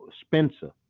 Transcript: Spencer